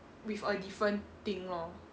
with a different thing lor